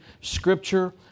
scripture